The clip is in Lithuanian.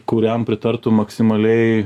kuriam pritartų maksimaliai